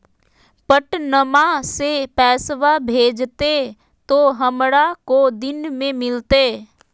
पटनमा से पैसबा भेजते तो हमारा को दिन मे मिलते?